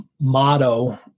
motto